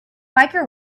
biker